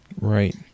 Right